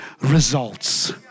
results